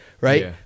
right